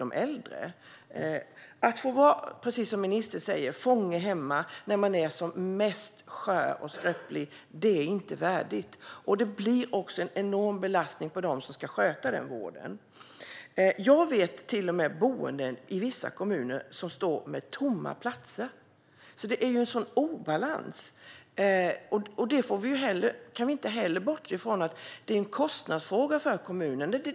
Precis som ministern säger är det inte värdigt att behöva vara fånge hemma när man är som mest skör och skröplig. Det blir även en enorm belastning för dem som ska sköta vården av dessa. Jag känner till vissa kommuner som till och med står med tomma platser. Det finns alltså en stor obalans. Att detta är en kostnadsfråga för kommunerna kan vi heller inte bortse från.